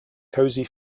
cosy